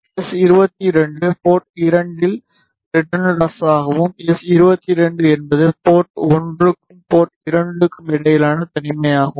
எஸ்22 port 2 இல் return லாஸாகவும் எஸ்22 என்பது போர்ட் 1 க்கும் போர்ட் 2 க்கும் இடையிலான தனிமை ஆகும்